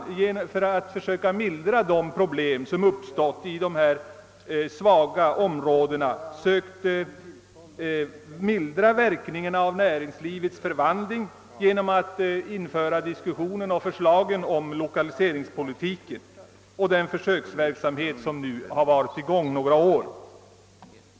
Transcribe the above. För att försöka bemästra de problem som uppstått i dessa svaga områden har man visserligen sökt lindra verkningarna av näringslivets förvandling genom att framföra förslag om lokaliseringspolitiken och besluta om den försöksverksamhet som nu varit i gång under några år.